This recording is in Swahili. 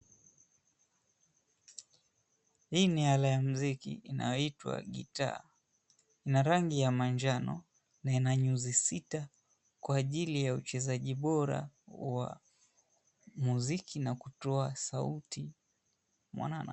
Hii ni ala ya mziki inayoitwa gitaa, ina rangi ya manjano na ina nyuzi sita kwa ajili ya uchezaji bora wa muziki na kutoa sauti mwanana.